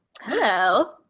hello